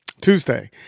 Tuesday